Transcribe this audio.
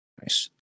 nice